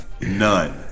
None